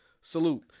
Salute